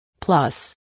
Plus